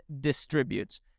distributes